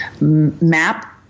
map